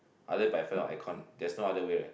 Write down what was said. either by fan or air con there's no other way right